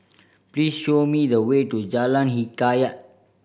please show me the way to Jalan Hikayat